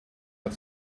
but